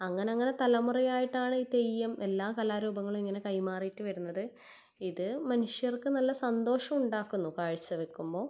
അങ്ങനങ്ങനെ തലമുറയായിട്ടാണ് ഈ തെയ്യം എല്ലാ കലാരൂപങ്ങളും ഇങ്ങനെ കൈമാറിയിട്ട് വരുന്നത് ഇത് മനുഷ്യർക്ക് നല്ല സന്തോഷം ഉണ്ടാക്കുന്നു കാഴ്ചവെക്കുമ്പോൾ